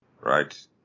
right